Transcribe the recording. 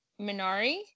Minari